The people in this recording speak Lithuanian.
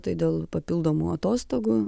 tai dėl papildomų atostogų